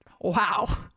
wow